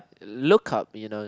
look up you know